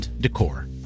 Decor